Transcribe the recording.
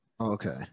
Okay